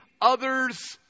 others